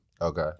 Okay